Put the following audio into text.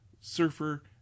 surfer